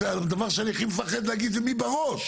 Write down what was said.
הדבר שאני הכי מפחד להגיד זה מי בראש